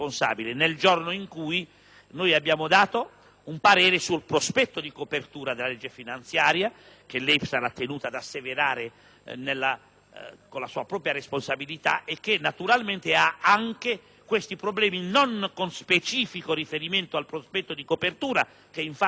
cui abbiamo dato un parere sul prospetto di copertura del disegno di legge finanziaria, che lei è tenuto ad asseverare con la sua propria responsabilità e che presenta anche i suddetti problemi, non con specifico riferimento al prospetto di copertura (che infatti non li pone), ma con